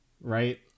right